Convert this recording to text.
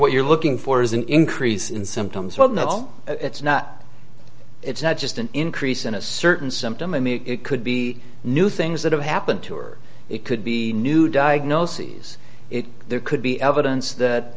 what you're looking for is an increase in symptoms well no it's not it's not just an increase in a certain symptom and it could be new things that have happened to her it could be new diagnoses it could be evidence that